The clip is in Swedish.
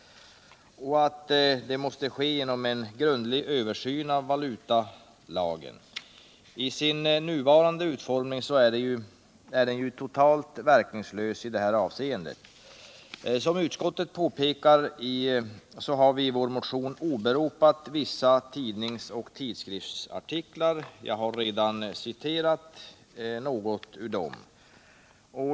Och det måste ske genom en grundlig översyn av valutalagen. I sin nuvarande utformning är den totalt verkningslös i detta avseende. Som utskottet påpekar har vi i vår motion åberopat ”vissa tidnings och tidskriftsartiklar”. Jag har redan citerat ur en av dessa.